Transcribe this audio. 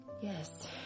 Yes